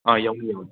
ꯌꯧꯅꯤ ꯌꯧꯅꯤ